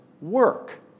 work